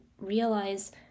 realize